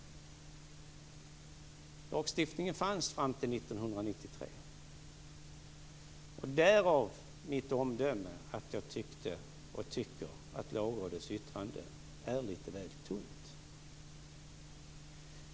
Lagstiftningen fanns fram till 1993. Därav mitt omdöme att jag tyckte och tycker att Lagrådets yttrande är lite väl tunt.